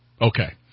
Okay